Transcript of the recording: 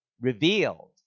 revealed